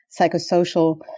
psychosocial